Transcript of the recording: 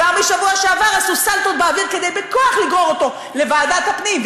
כבר בשבוע שעבר עשו סלטות באוויר כדי לגרור אותו בכוח לוועדת הפנים.